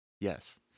Yes